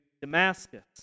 Damascus